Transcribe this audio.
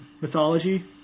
mythology